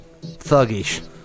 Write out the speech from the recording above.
thuggish